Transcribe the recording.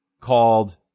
called